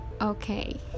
Okay